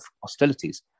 hostilities